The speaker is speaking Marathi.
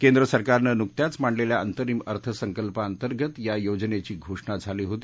केंद्र सरकारनं नुकत्याच मांडलेल्या अंतरीम अर्थ संकल्पाअंतर्गात या योजनेची घोषणा झाली होती